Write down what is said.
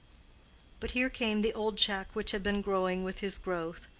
but here came the old check which had been growing with his growth.